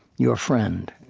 your friend.